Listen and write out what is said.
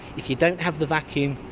if you don't have the vacuum,